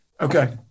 Okay